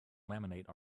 laminate